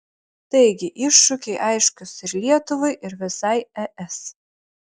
taigi iššūkiai aiškūs ir lietuvai ir visai es